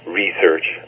research